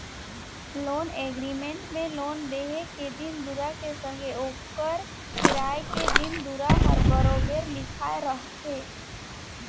loan agreement में loan देहे के दिन दुरा के संघे ओकर फिराए के दिन दुरा हर बरोबेर लिखाए रहथे